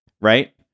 right